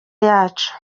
yacu